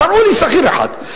תראו לי שכיר אחד.